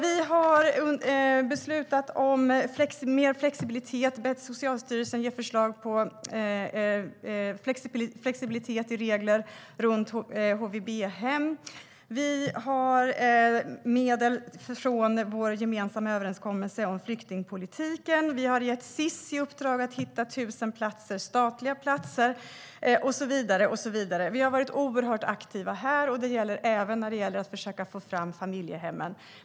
Vi har beslutat om mer flexibilitet och har bett Socialstyrelsen ge förslag på flexibilitet i regler i fråga om HVB. Vi har medel från vår gemensamma överenskommelse om flyktingpolitiken, vi har gett Sis i uppdrag att hitta 1 000 statliga platser och så vidare. Vi har varit oerhört aktiva här, och det gäller även i fråga om att försöka få fram familjehemmen.